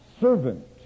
servant